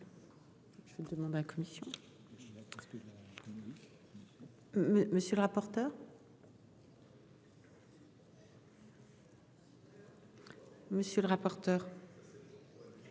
Monsieur le rapporteur. Monsieur le rapporteur.